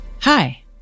Hi